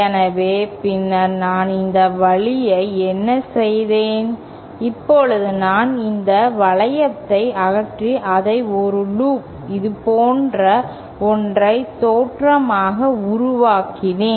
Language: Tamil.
எனவே பின்னர் நான் இந்த வழியை என்ன செய்தேன் இப்போது நான் இந்த வளையத்தை அகற்றி அதை ஒரு லூப் இது போன்ற ஒற்றை தோற்றமாக உருவாக்கினேன்